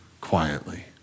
quietly